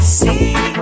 see